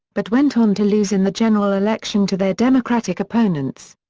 but went on to lose in the general election to their democratic opponents.